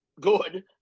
good